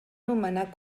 nomenar